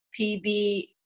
PB